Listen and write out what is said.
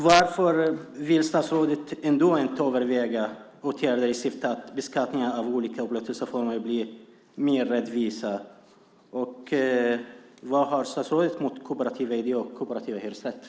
Varför vill statsrådet ändå inte överväga åtgärder i syfte att göra beskattning av olika upplåtelseformer rättvisare? Vad har statsrådet emot kooperativa hyresrätter?